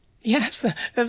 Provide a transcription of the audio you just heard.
yes